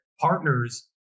partners